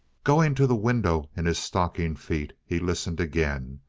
going to the window in his stocking feet, he listened again.